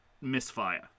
misfire